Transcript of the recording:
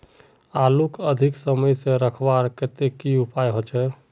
आलूक अधिक समय से रखवार केते की उपाय होचे?